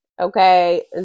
okay